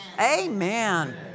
Amen